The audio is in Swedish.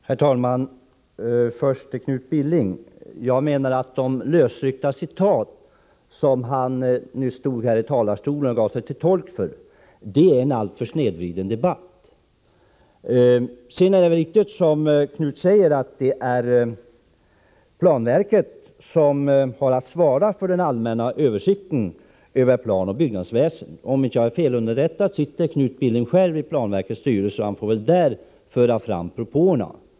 Herr talman! Först till Knut Billing: Jag menar att de lösryckta citat som han nyss läste upp härifrån talarstolen ger en snedvriden bild. Det är riktigt att det, som Knut Billing säger, är planverket som har att svara för den allmänna översikten över planoch byggväsendet. Om jag inte är felunderrättad sitter Knut Billing själv i planverkets styrelse. Han får där föra fram sina propåer.